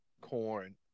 corn